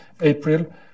April